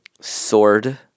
sword